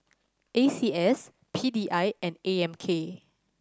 A C S P D I and A M K